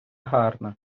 гарна